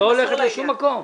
את לא הולכת לשום מקום.